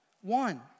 One